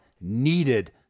needed